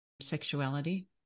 sexuality